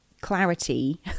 clarity